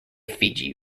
fiji